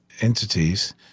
entities